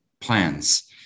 plans